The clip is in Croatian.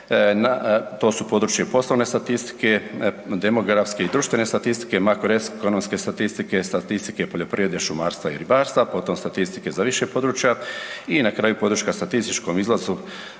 to su područje poslovne statistike, demografske i društvene statistike, makroekonomske statistike, statistike poljoprivrede, šumarstva i ribarstva, potom statistike za više područja i na kraju podrška statističkom izlazu,